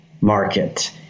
market